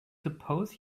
suppose